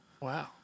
Wow